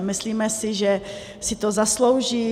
Myslíme si, že si to zaslouží.